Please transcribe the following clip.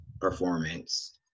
performance